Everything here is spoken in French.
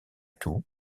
tout